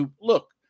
Look